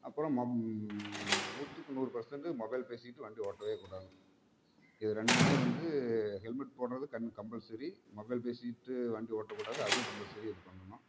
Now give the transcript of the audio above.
அப்புறம் மொம் நூற்றுக்கு நூறு பர்சன்ட் மொபைல் பேசிக்கிட்டு வண்டி ஓட்டவே கூடாது இது ரெண்டுமே வந்து ஹெல்மெட் போடுறது கண் கம்பல்சரி மொபைல் மொபைல் பேசிக்கிட்டு வண்டி ஓட்டக்கூடாது அதுவும் கம்பல்சரி இது பண்ணணும்